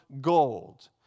gold